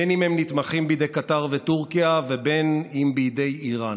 בין שהם נתמכים בידי קטאר וטורקיה ובין שבידי איראן,